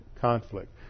conflict